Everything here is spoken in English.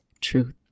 truth